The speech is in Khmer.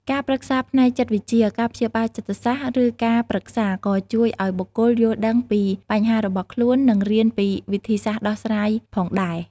ការប្រឹក្សាផ្នែកចិត្តវិទ្យា ការព្យាបាលចិត្តសាស្ត្រ ឬការប្រឹក្សា ក៏ជួយឲ្យបុគ្គលយល់ដឹងពីបញ្ហារបស់ខ្លួន និងរៀនពីវិធីសាស្ត្រដោះស្រាយផងដែរ។